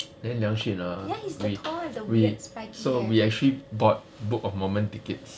then liang xun ah we we so we actually bought book of mormon tickets